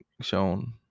shown